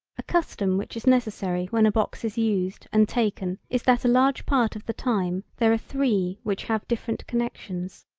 a custom which is necessary when a box is used and taken is that a large part of the time there are three which have different connections.